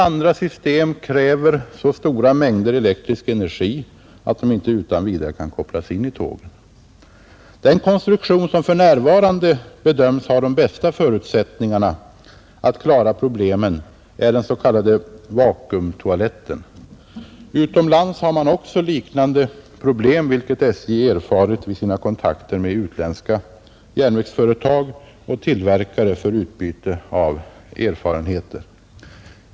Andra system åter kräver så stora mängder elektrisk energi att de inte utan vidare kan kopplas in i tågen. Den konstruktion som för närvarande bedöms ha de bästa förutsättningarna att klara problemen är den s,. k. vacuumtoaletten. Utomlands har man också liknande problem, vilket SJ erfarit vid sina kontakter med utländska järnvägsföretag och tillverkare för utbyte av erfarenheter.